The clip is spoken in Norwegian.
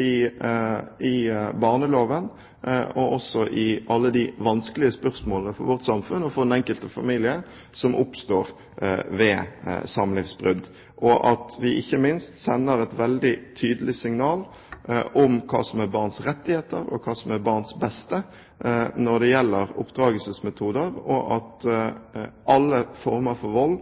i barneloven og også i alle de vanskelige spørsmålene, for vårt samfunn og for den enkelte familie, som oppstår ved samlivsbrudd, og at vi ikke minst sender et veldig tydelig signal om hva som er barns rettigheter og hva som er barns beste når det gjelder oppdragelsesmetoder, og at alle former for vold